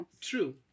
True